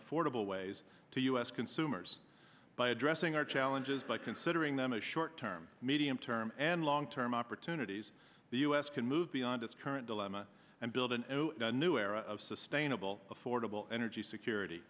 affordable ways to u s consumers by addressing our challenges by considering them a short term medium term and long term opportunities the u s can move beyond its current dilemma and build anew a new era of sustainable affordable energy security